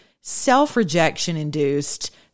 self-rejection-induced